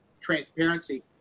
transparency